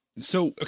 so,